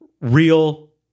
real